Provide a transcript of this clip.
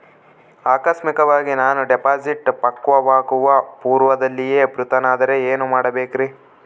ಆಕಸ್ಮಿಕವಾಗಿ ನಾನು ಡಿಪಾಸಿಟ್ ಪಕ್ವವಾಗುವ ಪೂರ್ವದಲ್ಲಿಯೇ ಮೃತನಾದರೆ ಏನು ಮಾಡಬೇಕ್ರಿ?